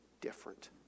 different